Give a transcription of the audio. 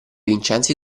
vincenzi